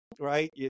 right